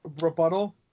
rebuttal